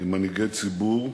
כמנהיגי ציבור,